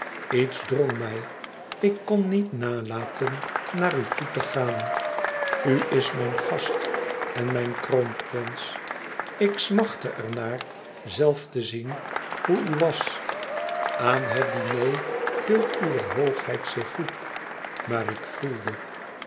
iets drong mij ik kon niet nalaten naar u toe te gaan u is mijn gast en mijn kroonprins ik smachtte er naar zelf te zien hoe u was aan het diner hield uwe hoogheid zich goed maar ik voelde